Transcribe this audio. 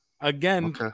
Again